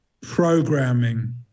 programming